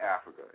Africa